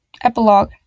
Epilogue